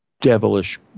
devilish